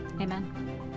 amen